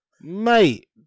Mate